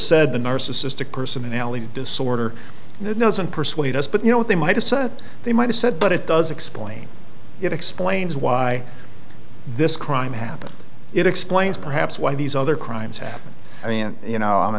said the nurse assistant personality disorder in the nose and persuade us but you know what they might have said they might have said but it does explain it explains why this crime happened it explains perhaps why these other crimes happened i mean you know i'm a